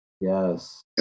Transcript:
Yes